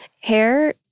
Hair